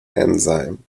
enzyme